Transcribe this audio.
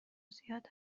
زیاد